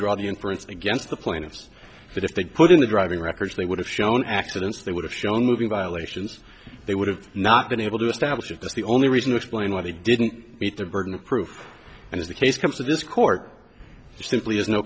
draw the inference against the plaintiffs that if they put in the driving records they would have shown accidents they would have shown moving violations they would have not been able to establish if that's the only reason explain why they didn't meet the burden of proof and if the case comes to this court simply has no